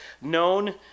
known